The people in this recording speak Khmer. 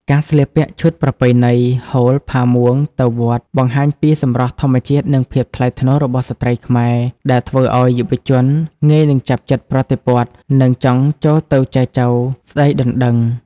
ការស្លៀកពាក់ឈុតប្រពៃណី ហូល ផាមួង ទៅវត្ត បង្ហាញពីសម្រស់ធម្មជាតិ និងភាពថ្លៃថ្នូររបស់ស្ត្រីខ្មែរ ដែលធ្វើឱ្យយុវជនងាយនឹងចាប់ចិត្តប្រតិព័ទ្ធ និងចង់ចូលទៅចែចូវស្ដីដណ្ដឹង។